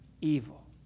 evil